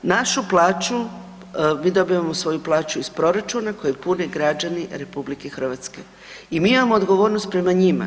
Našu plaću, mi dobijamo svoju plaću iz proračuna koju pune građani RH i mi imamo odgovornost prema njima.